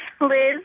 Liz